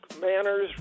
manners